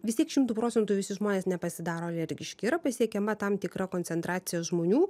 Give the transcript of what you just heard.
vistiek šimtu procentų visi žmonės nepasidaro alergiški yra pasiekiama tam tikra koncentracija žmonių